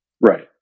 Right